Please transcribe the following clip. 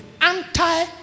anti